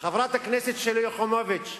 חברת הכנסת שלי יחימוביץ,